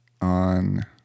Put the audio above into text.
on